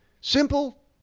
Simple